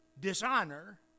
Dishonor